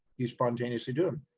you spontaneously do them.